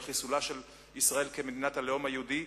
או לחיסולה של ישראל כמדינת הלאום היהודי,